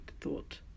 thought